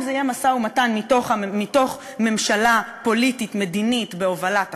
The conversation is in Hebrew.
אם זה יהיה משא-ומתן מתוך ממשלה פוליטית מדינית בהובלת ה"פתח"